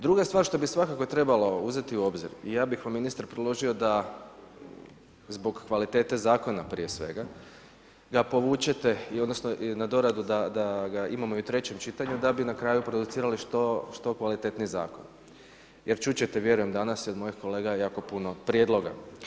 Druga stvar što bi svakako trebalo uzeti u obzir, ja bi vam ministre predložio da zbog kvalitete zakona prije svega ga povučete odnosno da na doradu da ga imamo i u trećem čitanju da bi na kraju producirali što kvalitetnije zakone jer čut ćete vjerujem danas i od mojih kolega jako puno prijedloga.